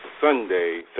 Sunday